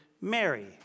Mary